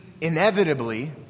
inevitably